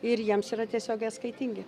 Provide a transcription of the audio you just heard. ir jiems yra tiesiogiai atskaitingi